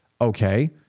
Okay